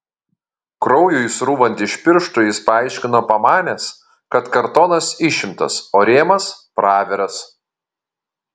kraujui srūvant iš pirštų jis paaiškino pamanęs kad kartonas išimtas o rėmas praviras